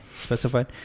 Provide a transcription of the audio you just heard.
specified